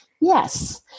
Yes